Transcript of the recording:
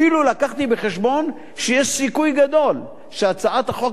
אפילו הבאתי בחשבון שיש סיכוי גדול שהצעת החוק